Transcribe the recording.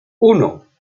uno